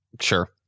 Sure